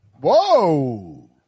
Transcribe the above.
Whoa